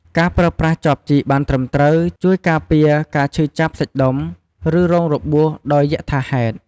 ការប្រើប្រាស់ចបជីកបានត្រឹមត្រូវ ជួយការពារការឈឺចាប់សាច់ដុំ ឬរងរបួសដោយយក្សថាហេតុ។